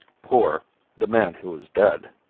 poor the man who was dead.